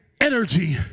energy